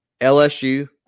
LSU